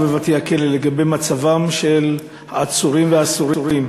ובבתי-הכלא לגבי מצבם של עצורים ואסורים